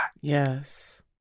Yes